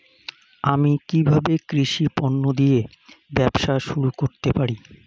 আমি কিভাবে কৃষি পণ্য দিয়ে ব্যবসা শুরু করতে পারি?